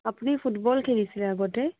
আপুনি ফুটবল খেলিছিল আগতে